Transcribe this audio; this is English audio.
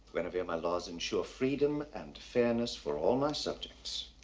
guinevere, my laws ensure freedom and fairness for all my subjects.